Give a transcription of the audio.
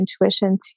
intuition